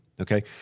okay